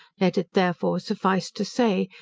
let it therefore suffice to say,